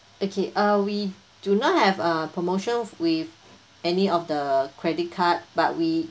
okay uh we do not have err promotions with any of the credit card but we